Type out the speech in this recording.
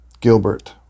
Gilbert